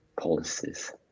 policies